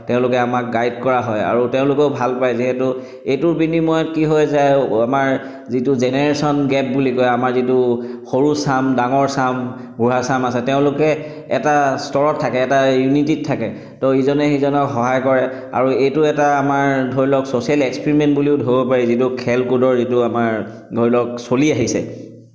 তেওঁলোকে আমাক গাইড কৰা হয় আৰু তেওঁলোকেও ভাল পায় যিহেতু এইটো বিনিময়ত কি হৈ যায় আমাৰ যিটো জেনেৰেশ্যন গেপ বুলি কয় আমাৰ যিটো সৰু চাম ডাঙৰ চাম বুঢ়া চাম আছে তেওঁলোকে এটা স্তৰত থাকে এটা ইউনিটিত থাকে তো ইজনে সিজনক সহায় কৰে আৰু এইটো এটা আমাৰ ধৰি লওক ছ'ছিয়েল এক্সপেৰিমেণ্ট বুলিও ধৰিব পাৰি যিটো খেল কুদৰ যিটো আমাৰ ধৰি লওক চলি আহিছে